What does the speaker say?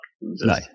No